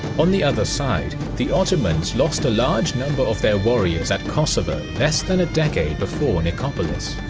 on the other side, the ottomans lost a large number of their warriors at kosovo less than a decade before nicopolis.